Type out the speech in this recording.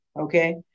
Okay